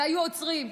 והיו עוצרים.